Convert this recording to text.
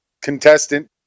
contestant